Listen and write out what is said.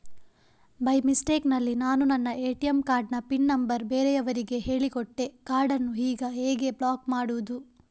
By mistake ನಲ್ಲಿ ನಾನು ನನ್ನ ಎ.ಟಿ.ಎಂ ಕಾರ್ಡ್ ನ ಪಿನ್ ನಂಬರ್ ಬೇರೆಯವರಿಗೆ ಹೇಳಿಕೊಟ್ಟೆ ಕಾರ್ಡನ್ನು ಈಗ ಹೇಗೆ ಬ್ಲಾಕ್ ಮಾಡುವುದು?